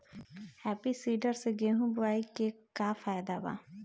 Happy seeder से गेहूं बोआई के का फायदा बा?